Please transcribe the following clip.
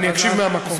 אני אקשיב מהמקום.